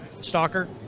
Stalker